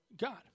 God